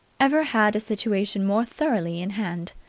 ever had a situation more thoroughly in hand.